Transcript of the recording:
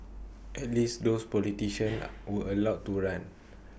at least those politicians were allowed to run